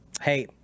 hey—